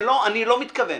אני לא מתכוון.